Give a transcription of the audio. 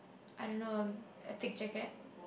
I don't know a a thick jacket